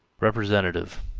representative,